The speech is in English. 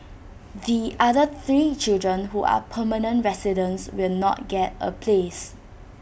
the other three children who are permanent residents will not get A place